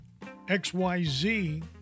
XYZ